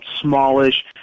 smallish